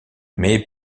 mais